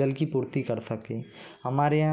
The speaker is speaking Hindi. जल की पूर्ति कर सकें हमारे यहाँ